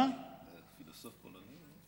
פילוסוף פולני,